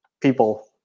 people